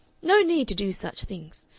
no need to do such things.